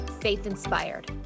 faith-inspired